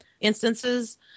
instances